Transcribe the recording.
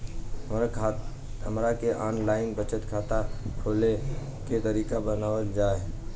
हमरा के online बचत बैंक खाता खोले के तरीका बतावल जाव?